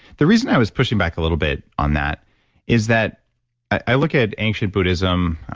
the reason i was pushing back a little bit on that is that i look at ancient buddhism,